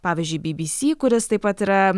pavyzdžiui bbc kuris taip pat yra